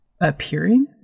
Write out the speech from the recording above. Appearing